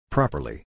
Properly